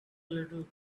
little